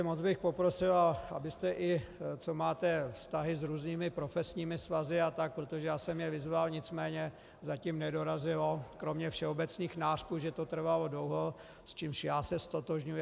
Moc bych poprosil, abyste, co máte vztahy s různými profesními svazy a tak protože jsem je vyzval, nicméně zatím nedorazilo kromě všeobecných nářků, že to trvalo dlouho, s čímž já se ztotožňuji.